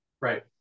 Right